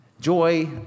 joy